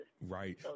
Right